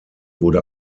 wurde